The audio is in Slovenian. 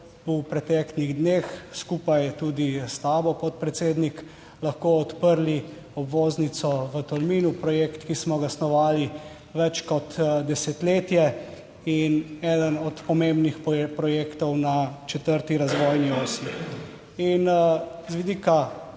v preteklih dneh skupaj tudi s tabo, podpredsednik, lahko odprli obvoznico v Tolminu. Projekt, ki smo ga snovali, več kot desetletje in eden od pomembnih projektov na četrti razvojni osi. In z vidika